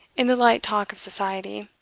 in the light talk of society.